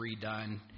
redone